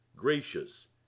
gracious